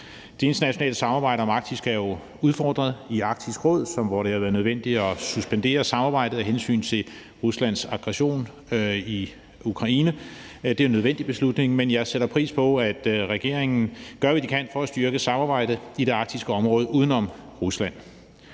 Det internationale samarbejde om Arktis er jo udfordret i Arktisk Råd, hvor det har været nødvendigt at suspendere samarbejdet af hensyn til Ruslands aggression i Ukraine. Det er en nødvendig beslutning. Men jeg sætter pris på, at regeringen gør, hvad de kan, for at styrke samarbejdet i det arktiske område uden om Rusland.